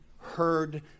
heard